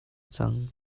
cang